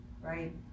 right